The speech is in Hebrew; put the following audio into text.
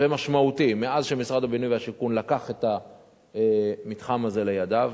ומשמעותי מאז לקח משרד הבינוי והשיכון את המתחם הזה לידיו.